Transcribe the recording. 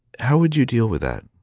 how would you deal with that?